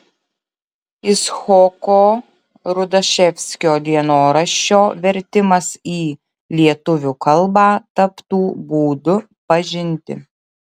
icchoko rudaševskio dienoraščio vertimas į lietuvių kalbą taptų būdu pažinti